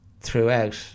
throughout